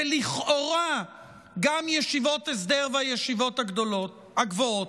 ולכאורה גם ישיבות הסדר והישיבות הגבוהות.